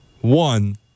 One